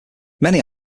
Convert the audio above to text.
many